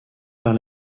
par